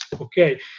okay